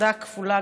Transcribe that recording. תודה כפולה,